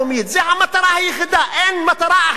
זה המטרה היחידה, אין מטרה אחרת.